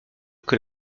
que